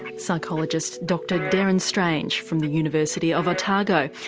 psychologist dr deryn strange from the university of otago.